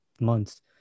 months